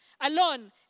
Alone